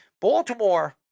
Baltimore